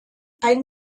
ein